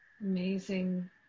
Amazing